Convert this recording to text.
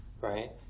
right